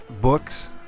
books